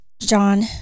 John